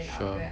sure